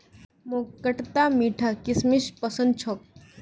मोक खटता मीठा किशमिश पसंद छोक